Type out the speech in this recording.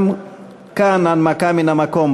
גם כאן הנמקה מן המקום.